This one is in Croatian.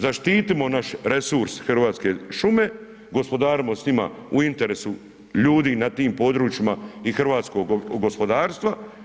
Zaštitimo naš resurs Hrvatske šume, gospodarimo s njima u interesu ljudi na tim područjima i hrvatskog gospodarstva.